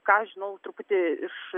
ką aš žinau truputį iš